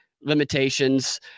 limitations